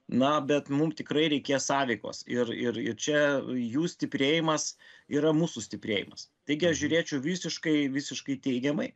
na bet mum tikrai reikės sąveikos ir ir ir čia jų stiprėjimas yra mūsų stiprėjimas taigi aš žiūrėčiau visiškai visiškai teigiamai